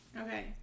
Okay